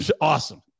Awesome